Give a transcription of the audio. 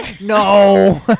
No